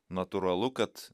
natūralu kad